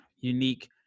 unique